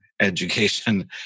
education